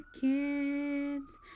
kids